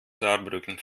saarbrücken